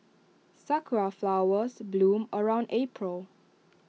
Sakura Flowers bloom around April